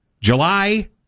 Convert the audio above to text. july